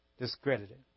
discredited